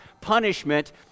punishment